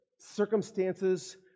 circumstances